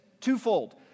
twofold